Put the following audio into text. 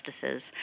justices